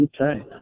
Okay